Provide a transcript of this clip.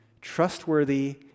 trustworthy